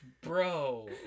bro